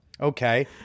okay